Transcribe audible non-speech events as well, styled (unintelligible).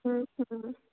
(unintelligible)